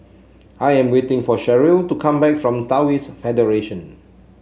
I am waiting for Cheryll to come back from Taoist Federation